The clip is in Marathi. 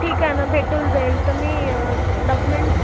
ठीक आहे ना भेटून जाईल तर मी डाकुमेंट